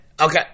okay